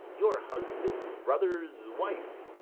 your husband's brother's wife,